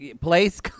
Place